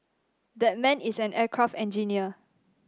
that man is an aircraft engineer